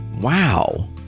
Wow